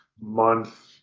month